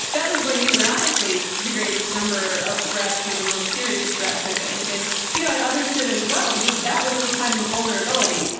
that was when you and i faced the greatest number number of threats are the most serious threats. i think and you know, and others did as well because that was the time of vulnerability.